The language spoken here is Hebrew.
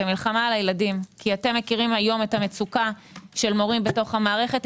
זה מלחמה על הילדים כי אתם מכירים היום את המצוקה של מורים בתוך המערכת.